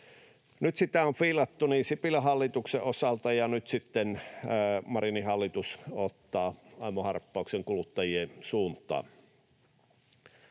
Sitä on fiilattu Sipilän hallituksen osalta, ja nyt sitten Marinin hallitus ottaa aimo harppauksen kuluttajien suuntaan.